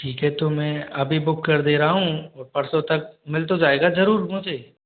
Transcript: ठीक है तो मैं अभी बुक कर दे रहा हूँ परसों तक मिल तो जाएगा जरूर मुझे